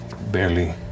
barely